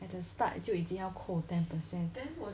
at the start 就已经要扣 ten percent